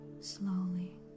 slowly